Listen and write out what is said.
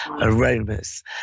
aromas